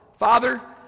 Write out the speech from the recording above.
Father